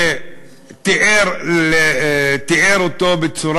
שתיאר אותו,